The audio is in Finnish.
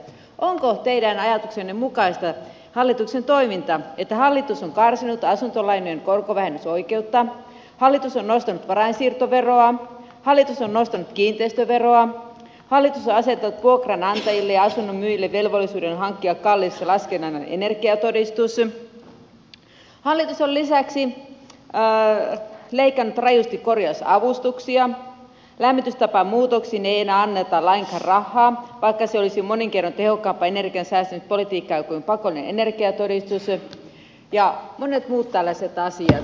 onko teidän ajatuksenne mukaista hallituksen toiminta että hallitus on karsinut asuntolainojen korkovähennysoikeutta hallitus on nostanut varainsiirtoveroa hallitus on nostanut kiinteistöveroa hallitus on asettanut vuokranantajille ja asunnonmyyjille velvollisuuden hankkia kalliisti laskennallinen energiatodistus hallitus on lisäksi leikannut rajusti korjausavustuksia lämmitystapamuutoksiin ei enää anneta lainkaan rahaa vaikka se olisi monin kerroin tehokkampaa energiansäästämispolitiikkaa kuin pakollinen energiatodistus ja monet muut tällaiset asiat